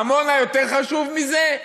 עמונה חשובה יותר מזה?